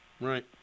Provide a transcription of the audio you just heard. Right